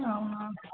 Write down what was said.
అవునా